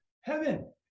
heaven